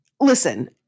listen